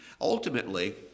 Ultimately